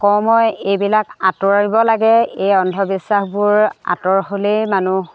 কওঁ মই এইবিলাক আঁতৰিব লাগে এই অন্ধবিশ্বাসবোৰ আঁতৰ হ'লেই মানুহ